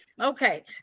Okay